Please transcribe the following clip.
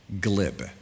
glib